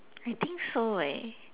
I think so leh